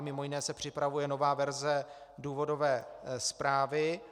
Mimo jiné se připravuje nová verze důvodové zprávy.